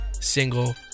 single